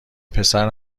پسر